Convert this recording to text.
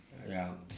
ya